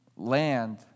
Land